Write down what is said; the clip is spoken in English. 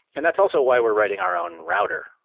and that's also why we're writing our own router,